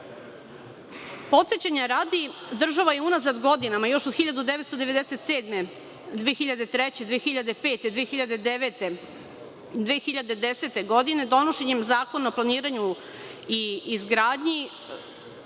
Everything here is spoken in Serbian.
Srbija. Podsećanja radi, država je unazad godinama, još od 1997, 2003, 2005, 2009, 2010. godine, donošenjem Zakona o planiranju i izgradnji,